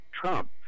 Trump